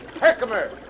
Herkimer